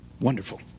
Wonderful